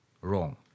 wrong